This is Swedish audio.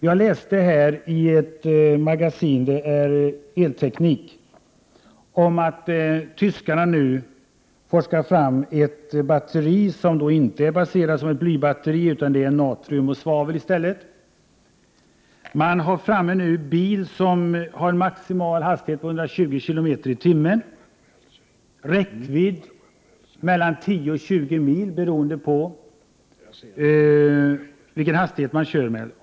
Jag läste i magasinet Elteknik med aktuell elektronik att tyskarna nu forskar fram ett batteri som inte är baserat som ett blybatteri, utan innehåller natrium och svavel i stället. Man har nu fått fram en bil som har en maximal hastighet på 120 kilometer i timmen. Räckvidden är mellan tio och tjugo mil beroende på vilken hastighet man kör med.